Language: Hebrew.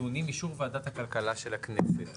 טעונים אישור ועדת הכלכלה של הכנסת".